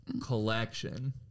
collection